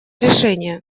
решения